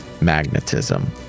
magnetism